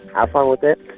have fun with it,